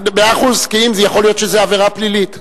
נכון, מאה אחוז, כי יכול להיות שזו עבירה פלילית.